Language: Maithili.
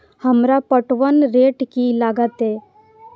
हमरा पटवन रेट की लागते?